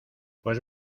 pues